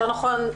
יותר נכון,